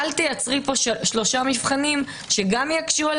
אל תייצרי פה שלושה מבחנים שגם יקשו על